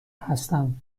هستم